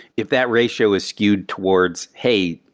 if that ratio is skewed towards hey,